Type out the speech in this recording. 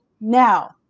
now